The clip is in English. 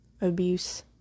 Abuse